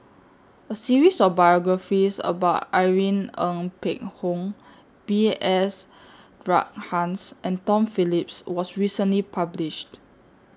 A series of biographies about Irene Ng Phek Hoong B S Rajhans and Tom Phillips was recently published